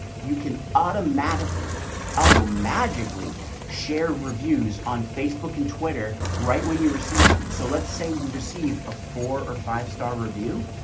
you can automatically out oh magically share reviews on facebook and twitter, right when you receive them. so let's say you receive a four or five star review,